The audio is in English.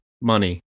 money